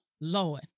Lord